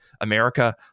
America